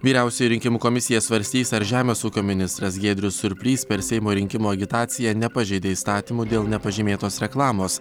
vyriausioji rinkimų komisija svarstys ar žemės ūkio ministras giedrius surplys per seimo rinkimų agitaciją nepažeidė įstatymų dėl nepažymėtos reklamos